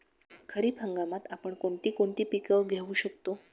खरीप हंगामात आपण कोणती कोणती पीक घेऊ शकतो?